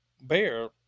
bear